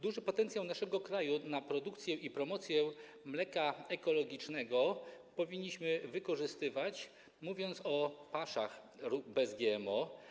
Duży potencjał naszego kraju w produkcji i promocji mleka ekologicznego powinniśmy wykorzystywać, mówiąc o paszach bez GMO.